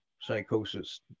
psychosis